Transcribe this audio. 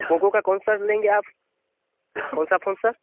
Poco का कौन सा लेंगे सर आप कौन सा फ़ोन सर